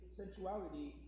sensuality